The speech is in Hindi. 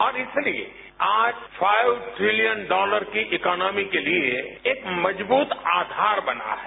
अब इसलिए आज पांच ट्रिलियन डॉलर की इकोनॉमी के लिए एक मजबूत आधार बना है